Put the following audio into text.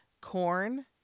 corn